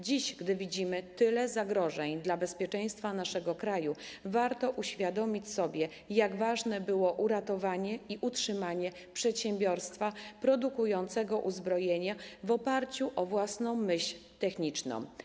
Dziś, gdy widzimy tyle zagrożeń dla bezpieczeństwa naszego kraju, warto uświadomić sobie, jak ważne było uratowanie i utrzymanie przedsiębiorstwa produkującego uzbrojenie w oparciu o własną myśl techniczną.